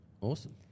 Awesome